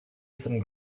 some